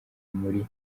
muri